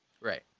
Right